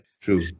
True